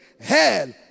hell